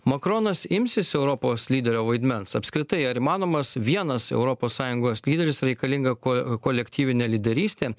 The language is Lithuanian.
makronas imsis europos lyderio vaidmens apskritai ar įmanomas vienas europos sąjungos lyderis reikalinga kuo kolektyvinė lyderystė